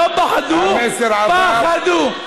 לא בחדו, פחדו.